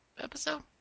episode